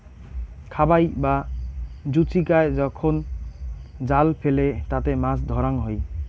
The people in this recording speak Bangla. খাবাই বা জুচিকায় যখন জাল ফেলে তাতে মাছ ধরাঙ হই